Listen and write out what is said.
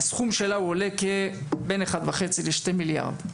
שהסכום שלה הוא עולה בין 1.5 ל-2 מיליארד.